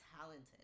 talented